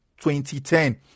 2010